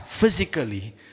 physically